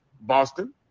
Boston